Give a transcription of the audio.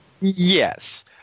Yes